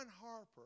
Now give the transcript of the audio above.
Harper